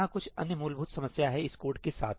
यहां कुछ अन्य मूलभूत समस्या है इस कोड के साथ